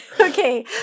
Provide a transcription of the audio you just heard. Okay